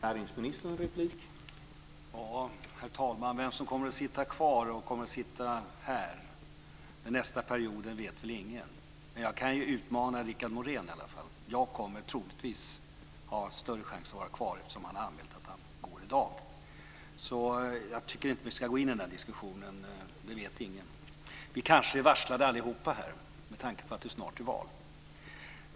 Herr talman! Vem som kommer att sitta kvar här nästa period vet väl ingen. Men jag kan utmana Per Richard Molén i alla fall. Jag har större chans att vara kvar, eftersom han har anmält att han går i dag. Jag tycker inte att vi ska gå in i den diskussionen. Detta vet ingen. Vi kanske är varslade allihop, med tanke på att det snart är val.